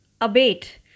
abate